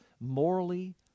morally